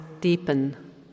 deepen